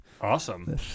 Awesome